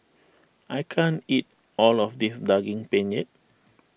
I can't eat all of this Daging Penyet